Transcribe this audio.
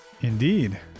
Indeed